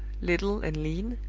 little and lean,